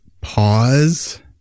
pause